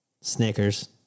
Snickers